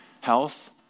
health